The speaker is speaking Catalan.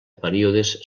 períodes